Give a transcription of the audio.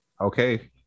Okay